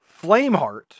Flameheart